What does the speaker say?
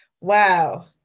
Wow